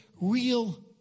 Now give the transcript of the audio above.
real